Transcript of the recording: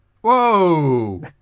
Whoa